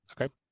okay